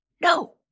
No